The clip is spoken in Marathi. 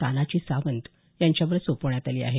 तानाजी सावंत यांच्यावर सोपवण्यात आली आहे